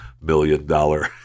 million-dollar